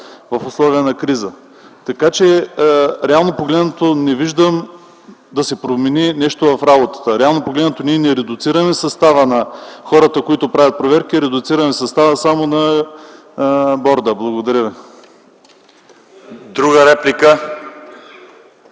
в условия на криза. Реално погледнато, не виждам да се промени нещо в работата. Ние не редуцираме състава на хората, които правят проверки, редуцираме състава само на борда. Благодаря ви. (Реплики